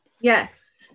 Yes